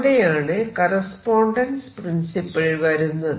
അവിടെയാണ് correspondence principle വരുന്നത്